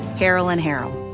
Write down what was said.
carolyn herald.